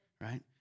right